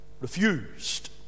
refused